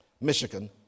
Michigan